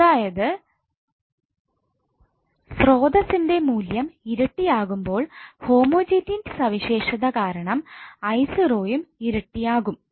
അതായത് സ്രോതസ്സിന്റെ മൂല്യം ഇരട്ടി ആകുമ്പോൾ ഹോമോജീനിറ്റി സവിശേഷത കാരണം 𝐼0 യും ഇരട്ടിയാകും